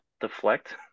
deflect